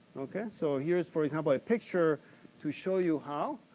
okay? so, here's for example, a picture to show you how.